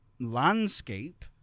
landscape